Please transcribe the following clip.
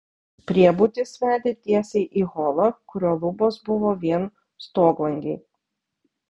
priebutis vedė tiesiai į holą kurio lubos buvo vien stoglangiai